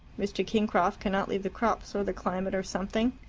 mr. kingcroft cannot leave the crops or the climate or something.